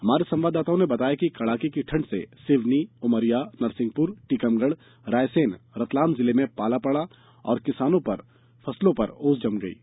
हमारे संवाददाताओं ने बताया है कि कड़ाके की ठंड से सिवनी उमरिया नरसिंहपुर टीकमगढ़ रायसेन रतलाम जिले में पाला पड़ा और फसलों पर ओस जम गई है